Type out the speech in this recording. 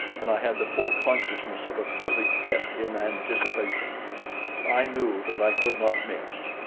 and i had the full consciousness of a perfect hit in anticipation i knew that i could not miss.